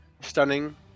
Stunning